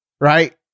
right